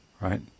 right